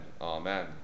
Amen